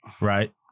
Right